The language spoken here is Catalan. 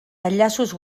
enllaços